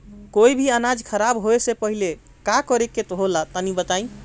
कोई भी अनाज खराब होए से पहले का करेके होला तनी बताई?